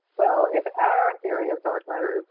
well, if our theory of dark matter is